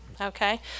Okay